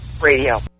Radio